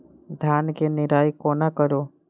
धान केँ निराई कोना करु?